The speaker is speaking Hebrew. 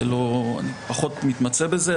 אני פחות מתמצא לזה,